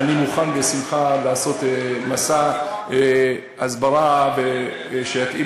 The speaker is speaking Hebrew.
אני מוכן בשמחה לעשות מסע הסברה שיתאים